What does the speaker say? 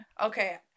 Okay